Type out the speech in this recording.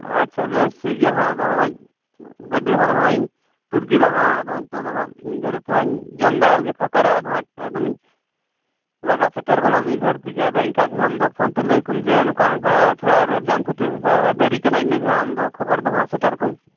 ᱟᱪᱪᱷᱟ ᱵᱮᱥ ᱴᱷᱤᱠ ᱜᱮᱭᱟ ᱦᱟᱜ ᱟᱫᱚ ᱱᱚᱜᱼᱚᱭ ᱜᱟᱹᱰᱤ ᱦᱟᱜ ᱱᱚᱜᱼᱚᱭ ᱤᱧ ᱛᱩᱫ ᱠᱮᱫᱟ ᱦᱟᱜ ᱟᱫᱚ ᱱᱤᱛᱚᱜ ᱫᱚ ᱦᱟᱜ ᱢᱤᱫ ᱜᱷᱟᱹᱲᱤᱡ ᱛᱷᱚᱲᱟᱧ ᱡᱚᱢ ᱵᱟᱲᱟ ᱞᱮᱜᱮ ᱯᱷᱟᱸᱠᱟᱨᱮ ᱟᱫᱚ ᱦᱟᱜ ᱮᱠᱫᱚᱢᱤᱧ ᱞᱟᱜᱟ ᱥᱮᱴᱮᱨᱜᱚᱫᱟ ᱢᱤᱫ ᱜᱷᱟᱹᱲᱤ ᱛᱮᱜᱮ ᱟᱫᱚ ᱤᱱᱠᱟ ᱜᱮ ᱦᱟᱜ ᱟᱢᱫᱚ ᱯᱷᱳᱱ ᱛᱮ ᱞᱟᱹᱭ ᱟᱠᱚᱢᱮ ᱡᱮ ᱱᱚᱝᱠᱟ ᱱᱚᱝᱠᱟ ᱛᱷᱚᱲᱟ ᱨᱳᱰ ᱡᱟᱢ ᱠᱷᱟᱹᱛᱤᱨ ᱛᱷᱚᱲᱟ ᱜᱟᱱ ᱫᱮᱨᱤᱜ ᱠᱟᱱᱟ ᱤᱱᱟᱹ ᱜᱮ ᱦᱟᱜ ᱟᱢᱫᱚ ᱠᱷᱚᱵᱚᱨ ᱫᱚ ᱦᱟᱜ ᱥᱮᱴᱮᱨ ᱟᱠᱚᱢ